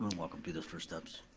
and what could be the first steps.